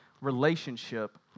relationship